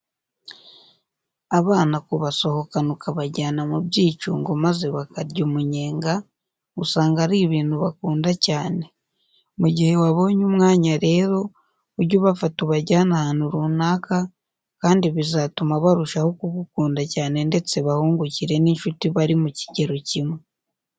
Abana kubasohokana ukabajyana mu byicungo maze bakarya umunyega, usanga ari ibintu bakunda cyane. Mu gihe wabonye umwanya rero ujye ubafata ubajyane ahantu runaka, kandi bizatuma barushaho kugukunda cyane ndetse bahungukire n'inshuti bari mu kigero kimwe.